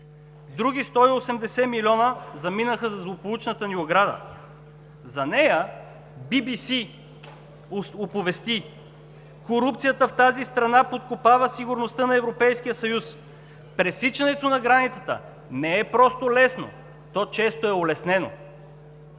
Други 180 милиона заминаха за злополучната ни ограда. За нея BBC оповести: „Корупцията в тази страна подкопава сигурността на Европейския съюз. Пресичането на границата не е просто лесно, то често е улеснено“.